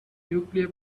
nuclear